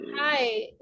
hi